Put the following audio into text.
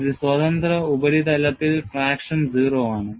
ഒരു സ്വതന്ത്ര ഉപരിതലത്തിൽ ട്രാക്ഷൻ 0 ആണ്